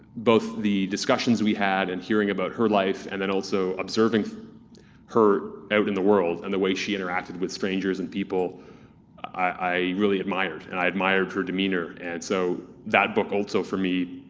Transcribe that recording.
both the discussions we had and hearing about her life, and then also observing her out in the world. and the way she interacted with strangers and people. ir i really admired and i admired her demeanour. and so that book also for me